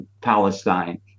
Palestine